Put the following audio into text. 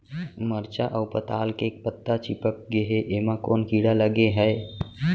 मरचा अऊ पताल के पत्ता चिपक गे हे, एमा कोन कीड़ा लगे है?